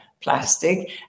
plastic